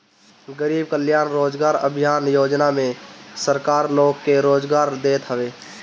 गरीब कल्याण रोजगार अभियान योजना में सरकार लोग के रोजगार देत हवे